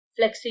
flexi